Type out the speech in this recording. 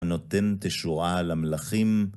נותן תשואה למלכים.